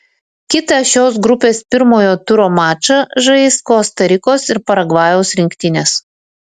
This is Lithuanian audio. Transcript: kitą šios grupės pirmojo turo mačą žais kosta rikos ir paragvajaus rinktinės